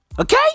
Okay